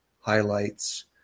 highlights